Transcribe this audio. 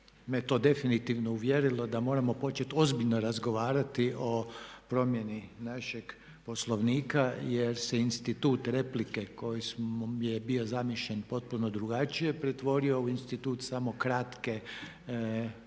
me to definitivno uvjerilo da moramo početi ozbiljno razgovarati o promjeni našeg Poslovnika jer se institut replike koji je bio zamišljen potpuno drugačije pretvorio u institut samo kratke, puno